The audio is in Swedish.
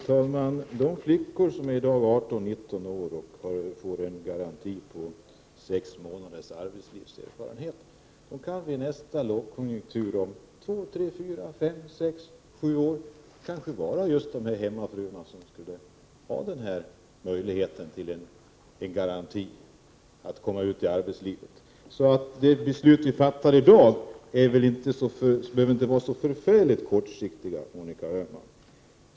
Herr talman! De flickor som i dag är 18-19 år och som skulle få en garanti på sex månaders arbetslivserfarenhet kan vid nästa lågkonjunktur om två, tre, fyra, fem, sex eller sju år kanske vara just hemmafruarna som skulle ha behövt möjligheten till en garanti att komma ut i arbetslivet. De beslut vi fattar i dag behöver väl inte vara så förfärligt kortsiktiga, Monica Öhman.